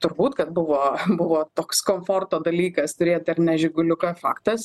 turbūt kad buvo buvo toks komforto dalykas turėt ar ne žiguliuką faktas